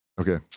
okay